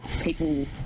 people